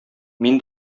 мин